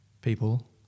people